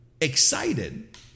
excited